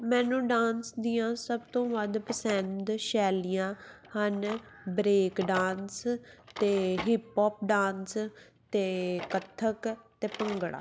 ਮੈਨੂੰ ਡਾਂਸ ਦੀਆਂ ਸਭ ਤੋਂ ਵੱਧ ਪਸੰਦ ਸ਼ੈਲੀਆਂ ਹਨ ਬ੍ਰੇਕ ਡਾਂਸ ਅਤੇ ਹਿਪ ਹੋਪ ਡਾਂਸ ਅਤੇ ਕੱਥਕ ਅਤੇ ਭੰਗੜਾ